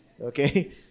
Okay